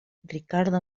ricardo